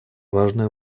важное